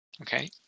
okay